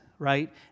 Right